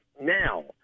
now